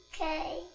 Okay